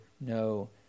no